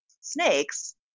snakes